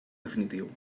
definitiu